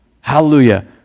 Hallelujah